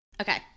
Okay